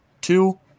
two